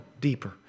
deeper